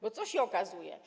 Bo co się okazuje?